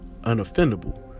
unoffendable